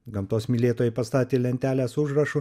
gamtos mylėtojai pastatė lentelę su užrašu